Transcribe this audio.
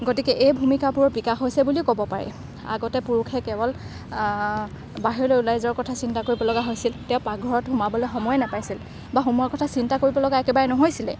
গতিকে এই ভূমিকাবোৰৰ বিকাশ হৈছে বুলিও ক'ব পাৰি আগতে পুৰুষে কেৱল বাহিৰলৈ ওলাই যোৱাৰ কথা চিন্তা কৰিব লগা হৈছিল তেওঁ পাকঘৰত সোমাবলৈ সময়ে নাপাইছিল বা সময়ৰ কথা চিন্তা কৰিব লগা একেবাৰে নহৈছিলে